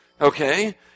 Okay